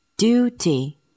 Duty